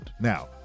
Now